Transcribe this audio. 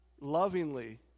lovingly